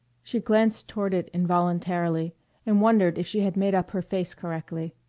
she glanced toward it involuntarily and wondered if she had made up her face correctly.